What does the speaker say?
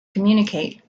communicate